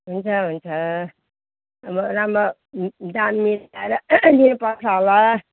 हुन्छ हुन्छ अब राम्रो दाम मिलाएर लिनुपर्छ होला